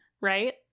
Right